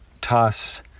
toss